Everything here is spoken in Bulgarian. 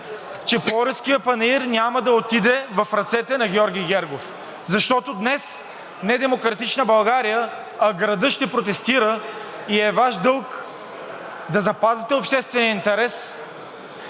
че Пловдивският панаир няма да отиде в ръцете на Георги Гергов, защото днес не-Демократична България в града ще протестира и е Ваш дълг да запазите обществения интерес,